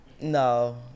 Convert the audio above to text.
No